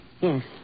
Yes